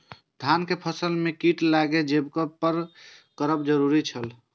धान के फसल में कीट लागि जेबाक पर की करब जरुरी छल?